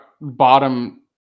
bottom